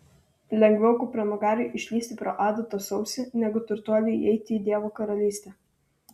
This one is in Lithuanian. lengviau kupranugariui išlįsti pro adatos ausį negu turtuoliui įeiti į dievo karalystę